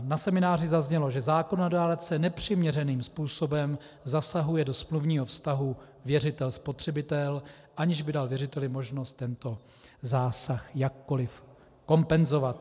Na semináři zaznělo, že zákonodárce nepřiměřeným způsobem zasahuje do smluvního vztahu věřitelspotřebitel, aniž by dal věřiteli možnost tento zásah jakkoli kompenzovat.